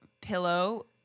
pillow